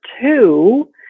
two